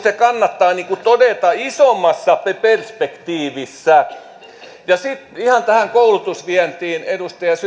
se kannattaa todeta isommassa perspektiivissä sitten ihan tähän koulutusvientiin edustaja